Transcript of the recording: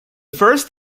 first